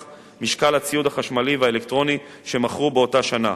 משקל הציוד החשמלי והאלקטרוני שמכרו באותה שנה,